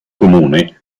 comune